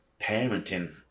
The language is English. Parenting